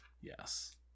Yes